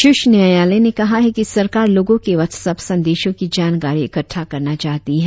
शीर्ष न्यायालय ने कहा कि सरकार लोगों के व्हाट्सअप संदेशों की जानकारी इकट्ठा करना चाहती है